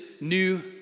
new